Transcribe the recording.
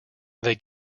they